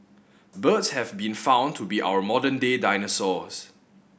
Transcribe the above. birds have been found to be our modern day dinosaurs